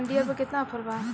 John Deere पर केतना offer बा?